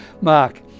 Mark